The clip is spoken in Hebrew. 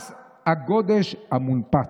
מס הגודש המונפץ.